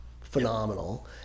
phenomenal